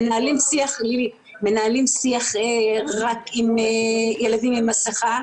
מנהלים שיח רק עם ילדים עם מסיכה.